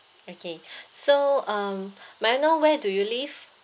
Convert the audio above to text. okay so um may I know where do you live